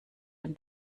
dem